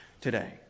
today